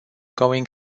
going